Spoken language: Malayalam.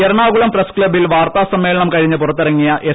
ഐ എറണാകുളം പ്രസ്സ് ക്സബ്ബിൽ വാർത്താസമ്മേളനം കഴിഞ്ഞ് പുറത്തിറങ്ങിയ എസ്